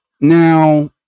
Now